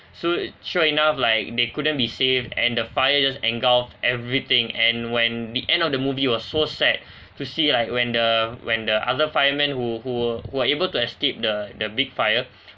so sure enough like they couldn't be saved and the fire just engulfed everything and when the end of the movie was so sad to see like when the when the other firemen who who who are able to escape the the big fire